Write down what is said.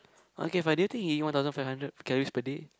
okay fine do you think you eat one thousand five hundred calories per day